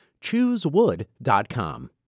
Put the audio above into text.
Choosewood.com